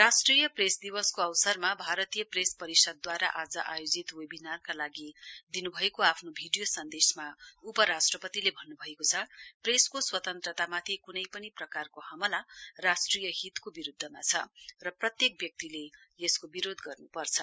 राष्ट्रिय प्रेस दिवसको अवसरमा भारतीय प्रेस परिषदद्वारा आज आयोजित वेविनारका लागि दिनुभएको आफ्नो भिडियो सन्देशमा उपराष्ट्रपतिले भन्नुभएको छ प्रेसको स्वतन्त्रतामाथि कुनै पनि प्रकारको हमला राष्ट्रयि हितको विरुध्दमा छ र प्रत्येक व्यक्तिले यसको विरोध गर्नुपर्छ